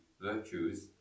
virtues